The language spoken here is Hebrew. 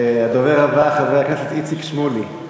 הדובר הבא, חבר הכנסת איציק שמולי,